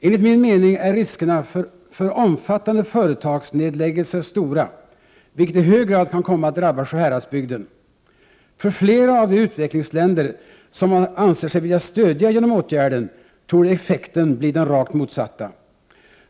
Enligt min mening är riskerna för omfattande företagsnedläggelser stora, vilket i hög grad kan komma att drabba Sjuhäradsbygden. För flera av de utvecklingsländer som man anser sig vilja stödja genom åtgärden torde effekten bli den rakt motsatta.